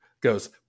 goes